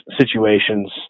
situations